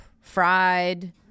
fried